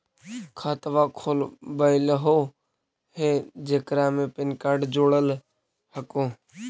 खातवा खोलवैलहो हे जेकरा मे पैन कार्ड जोड़ल हको?